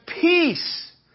peace